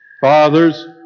fathers